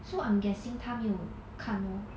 so I'm guessing 他没有看 lor